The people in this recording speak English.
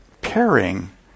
pairing